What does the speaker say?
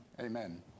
amen